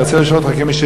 אני רוצה לשאול אותך כמי,